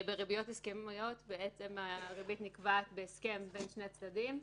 בריביות הסכמיות הריבית נקבעת בהסכם בין שני צדדים,